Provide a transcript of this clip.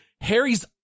harry's